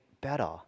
better